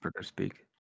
speak